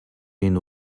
энэ